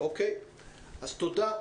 תודה.